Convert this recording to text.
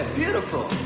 beautiful.